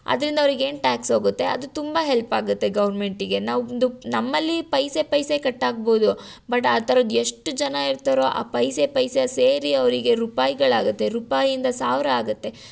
ಅದರಿಂದ ಅವ್ರಿಗೆ ಏನು ಟ್ಯಾಕ್ಸ್ ಹೋಗುತ್ತೆ ಅದು ತುಂಬ ಹೆಲ್ಪ್ ಆಗುತ್ತೆ ಗೌರ್ಮೆಂಟಿಗೆ ನಮ್ಮದು ನಮ್ಮಲ್ಲಿ ಪೈಸೆ ಪೈಸೆ ಕಟ್ಟಾಗ್ಬೋದು ಬಟ್ ಆ ಥರ ಎಷ್ಟು ಜನ ಇರ್ತಾರೋ ಆ ಪೈಸೆ ಪೈಸೆ ಸೇರಿ ಅವರಿಗೆ ರೂಪಾಯಿಗಳಾಗುತ್ತೆ ರೂಪಾಯಿಂದ ಸಾವಿರ ಆಗುತ್ತೆ